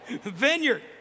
Vineyard